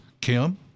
Kim